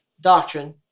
doctrine